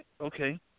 okay